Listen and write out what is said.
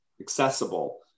accessible